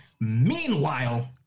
Meanwhile